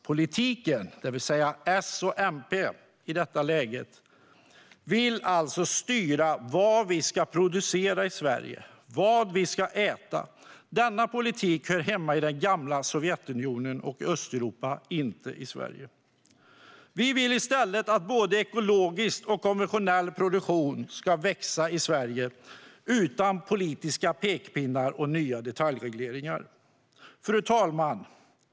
Politiken, det vill säga S och MP i detta läge, vill alltså styra vad vi ska producera i Sverige och vad vi ska äta. Denna politik hör hemma i det gamla Sovjetunionen och i Östeuropa, inte i Sverige. Vi vill i stället att både ekologisk och konventionell produktion ska växa i Sverige utan politiska pekpinnar och nya detaljregleringar. Fru talman!